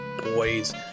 boys